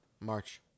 March